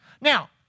Now